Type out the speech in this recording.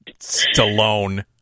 Stallone